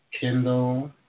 Kindle